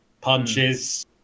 punches